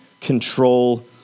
control